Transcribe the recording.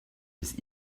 bis